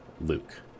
Luke